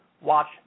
Watch